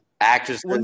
Actors